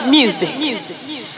Music